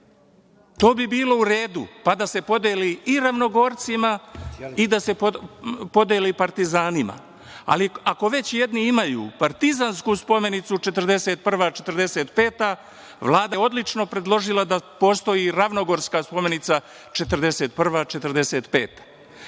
to bi bilo u redu, pa da se podeli i Ravnogorcima i da se podeli partizanima, ali ako već jedni imaju Partizansku spomenicu 1941.–1945. Vlada je odlično predložila da postoji ravnogorska spomenica 1941.